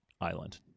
island